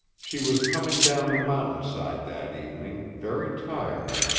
she was coming down the mountain-side that evening, very tired,